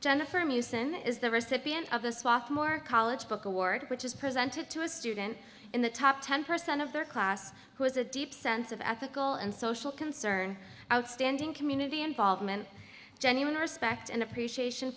jennifer amusin is the recipient of the swap more college book award which is presented to a student in the top ten per cent of the class who has a deep sense of ethical and social concern outstanding community involvement genuine respect and appreciation